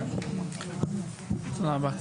תודה רבה.